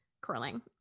curling